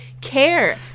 care